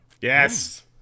Yes